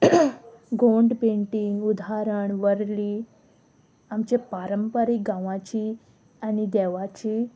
Gond painting उदाहारण वर्ली आमचे पारंपारीक गांवाची आनी देवाची